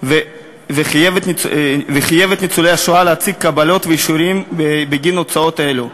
וחייב את ניצולי השואה להציג קבלות ואישורים בגין הוצאות אלה.